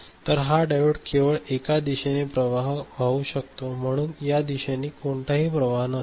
तर हा डायोड केवळ एकाच दिशेने प्रवाह वाहू शकतो म्हणून या दिशेने कोणताही प्रवाह नसेल